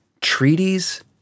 treaties